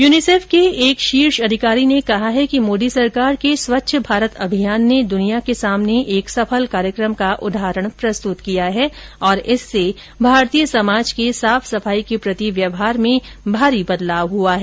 UNICEF के एक शीर्ष अधिकारी ने कहा है कि मोदी सरकार के स्वच्छ भारत अभियान ने दुनिया के सामने एक सफल कार्यक्रम का उदाहरण प्रस्तुत किया है और इससे भारतीय समाज के साफ सफाई के प्रति व्यवहार में भारी बदलाव हुआ है